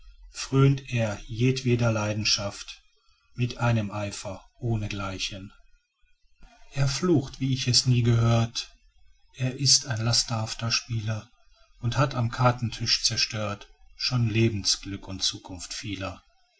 fröhnt er jedweder leidenschaft mit einem eifer ohne gleichen er flucht wie ich es nie gehört er ist ein lasterhafter spieler und hat am kartentisch zerstört schon lebensglück und zukunft vieler